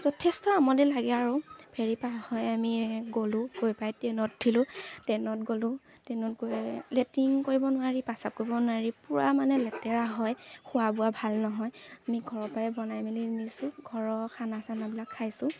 যথেষ্ট আমনি লাগে আৰু ফেৰী পাৰ হৈ আমি গ'লোঁ গৈ পাই ট্ৰেইনত উঠিলোঁ ট্ৰেইনত গ'লোঁ ট্ৰেইনত গৈ লেট্ৰিন কৰিব নোৱাৰি প্ৰস্ৰাৱ কৰিব নোৱাৰি পূৰা মানে লেতেৰা হয় খোৱা বোৱা ভাল নহয় আমি ঘৰৰ পৰাই বনাই মেলি নিছোঁ ঘৰৰ খানা চানাবিলাক খাইছোঁ